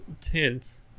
tint